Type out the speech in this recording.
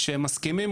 שהם מסכימים,